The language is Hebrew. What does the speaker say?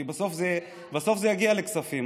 כי בסוף זה יגיע לכספים,